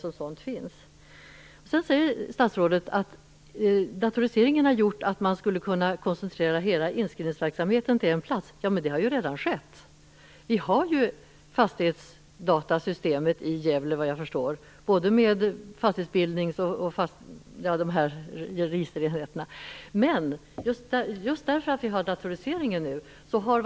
Statsrådet säger att datoriseringen gör att man skulle kunna koncentrera hela inskrivningsverksamheten till en plats. Det har redan skett. Såvitt jag förstår finns fastighetsdatasystemet, med registerenheterna, i Gävle.